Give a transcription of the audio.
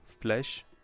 flesh